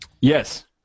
Yes